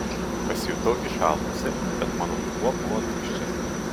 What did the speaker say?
pasijutau išalkusi bet mano dubuo buvo tuščias